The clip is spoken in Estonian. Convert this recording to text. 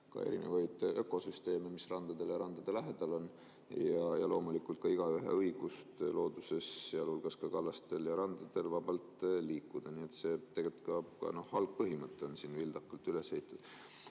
ka erinevaid ökosüsteeme, mis randadel ja randade lähedal on, ja loomulikult ka igaühe õigust looduses, sealhulgas ka kallastel ja randadel, vabalt liikuda. Nii et tegelikult ka see algpõhimõte on siin vildakalt üles ehitatud.